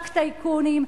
רק טייקונים,